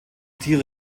tiere